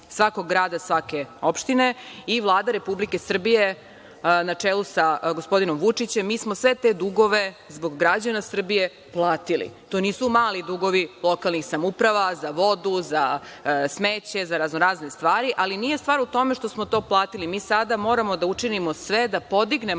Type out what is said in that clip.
svakog grada, svake opštine i Vlada Republike Srbije na čelu sa gospodinom Vučićem, mi smo sve te dugove zbog građana Srbije platili. To nisu mali dugovi lokalnih samouprava za vodu, za smeće, za raznorazne stvari, ali nije stvar u tome što smo to platili, mi sada moramo da učinimo sve da podignemo